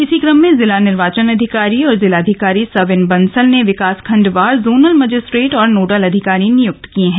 इसी क्रम में जिला निर्वाचन अधिकारी और जिलाधिकारी सविन बंसल ने विकासखण्डवार जोनल मजिस्ट्रेट और नोडल अधिकारी नियुक्त किये हैं